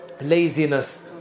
laziness